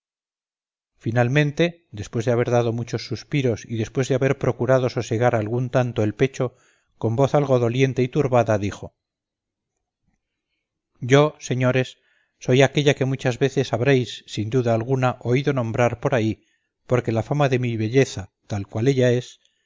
finalmente después de haber dado muchos suspiros y después de haber procurado sosegar algún tanto el pecho con voz algo doliente y turbada dijo yo señores soy aquella que muchas veces habréis sin duda alguna oído nombrar por ahí porque la fama de mi belleza tal cual ella es